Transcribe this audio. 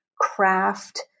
craft